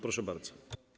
Proszę bardzo.